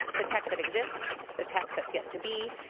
the tech that exists, the tech that's yet to be,